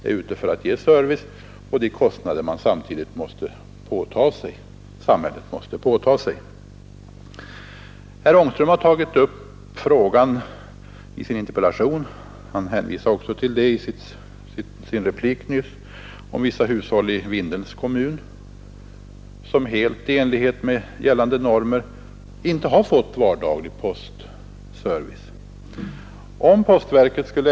Det gäller även att finna ut hur stora de kostnader får vara som man samtidigt måste ta på sig. Herr Ångström har i sin interpellation tagit upp frågan om vissa Nr 20 hushåll i Vindelns kommun som helt i enlighet med gällande normer inte Torsdagen den fått vardaglig postservice — han hänvisade också därtill i sin replik.